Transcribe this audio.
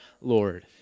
Lord